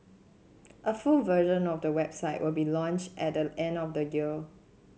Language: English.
a full version of the website will be launch at the end of the year